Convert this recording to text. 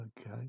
Okay